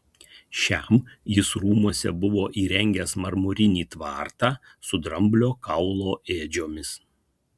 šiam jis rūmuose buvo įrengęs marmurinį tvartą su dramblio kaulo ėdžiomis